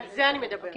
על זה אני מדברת.